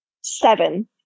Seven